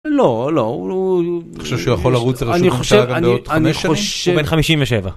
לא לא הוא, אתה חושב שהוא יכול לרוץ לראשות הממשלה גם בעוד 5 שנים? אני חושב, הוא בן 57.